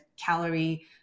calorie